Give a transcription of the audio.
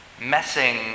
messing